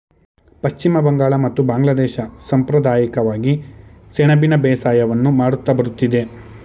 ಪಶ್ಚಿಮ ಬಂಗಾಳ ಮತ್ತು ಬಾಂಗ್ಲಾದೇಶ ಸಂಪ್ರದಾಯಿಕವಾಗಿ ಸೆಣಬಿನ ಬೇಸಾಯವನ್ನು ಮಾಡುತ್ತಾ ಬರುತ್ತಿದೆ